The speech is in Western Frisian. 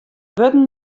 wurden